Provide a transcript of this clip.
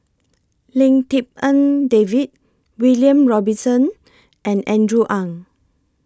Lim Tik En David William Robinson and Andrew Ang